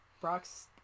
Brock's